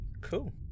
Cool